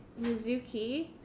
Mizuki